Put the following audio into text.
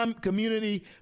Community